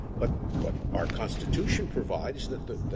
but but our constitution provides that that